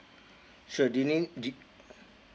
sure do you mean the